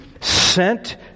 sent